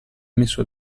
messo